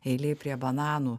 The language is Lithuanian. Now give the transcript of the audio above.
eilėj prie bananų